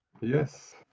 Yes